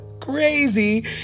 crazy